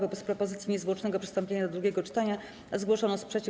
Wobec propozycji niezwłocznego przystąpienia do drugiego czytania zgłoszono sprzeciw.